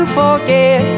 forget